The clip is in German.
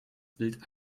bild